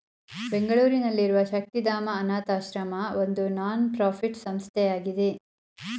ಬೆಂಗಳೂರಿನಲ್ಲಿರುವ ಶಕ್ತಿಧಾಮ ಅನಾಥಶ್ರಮ ಒಂದು ನಾನ್ ಪ್ರಫಿಟ್ ಸಂಸ್ಥೆಯಾಗಿದೆ